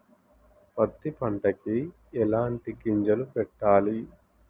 పత్తి పంటకి ఎలాంటి గింజలు పెట్టాలి?